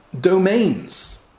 domains